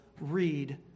read